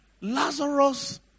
Lazarus